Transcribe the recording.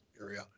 area